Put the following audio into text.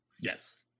Yes